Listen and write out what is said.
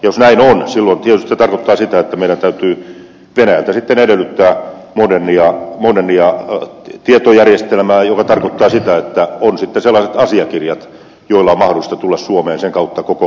jos näin on silloin tietysti se tarkoittaa sitä että meidän täytyy venäjältä sitten edellyttää modernia tietojärjestelmää mikä tarkoittaa sitä että on sitten sellaiset asiakirjat joilla on mahdollista tulla suomeen sen kautta koko schengen alueelle